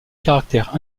caractère